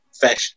fashion